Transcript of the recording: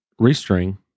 restring